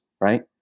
right